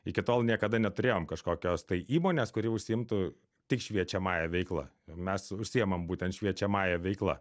iki tol niekada neturėjom kažkokios tai įmonės kuri užsiimtų tik šviečiamąja veikla mes užsiimam būtent šviečiamąja veikla